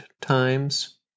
times